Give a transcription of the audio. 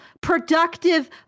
productive